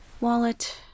Wallet